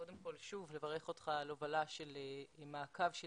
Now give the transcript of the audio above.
קודם כל שוב לברך אותך על הובלה של מעקב של